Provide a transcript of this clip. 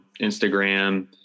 Instagram